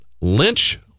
Lynch